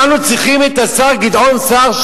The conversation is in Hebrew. אנחנו צריכים את השר גדעון סער,